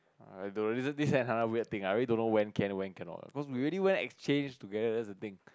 err this reason this kind of weird thing I really don't know when can when cannot cause we already went exchange together that's the thing